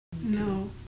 No